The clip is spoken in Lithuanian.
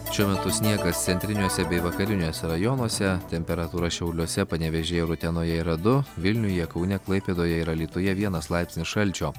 šiuo metu sniegas centriniuose bei vakariniuose rajonuose temperatūra šiauliuose panevėžyje ir utenoje yra du vilniuje kaune klaipėdoje ir alytuje vienas laipsnis šalčio